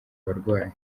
barwayi